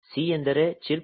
C ಎಂದರೆ chirp